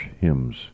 hymns